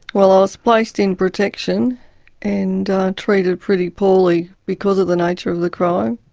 well, i was placed in protection and treated pretty poorly because of the nature of the crime.